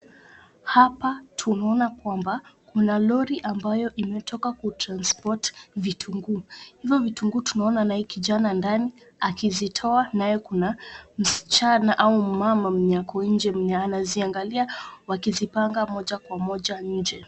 Kuna lori ambayo imetoka kutransport vitunguu. Hivyo vitunguu tunaona naye kijana ndani akizitoa naye kuna msichana au mumama mwenye ako nje mwenye anaziangalia wakizipanga moja kwa moja nje.